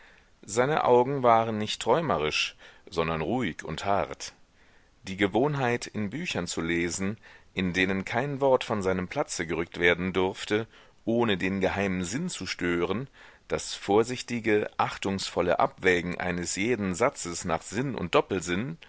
seine augen waren nicht träumerisch sondern ruhig und hart die gewohnheit in büchern zu lesen in denen kein wort von seinem platze gerückt werden durfte ohne den geheimen sinn zu stören das vorsichtige achtungsvolle abwägen eines jeden satzes nach sinn und